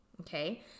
Okay